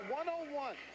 one-on-one